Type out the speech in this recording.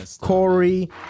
Corey